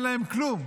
אין להם כלום.